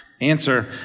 Answer